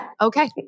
okay